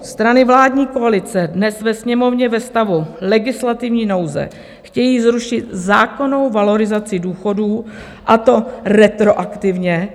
Strany vládní koalice dnes ve Sněmovně ve stavu legislativní nouze chtějí zrušit zákonnou valorizaci důchodů, a to retroaktivně.